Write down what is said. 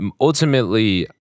Ultimately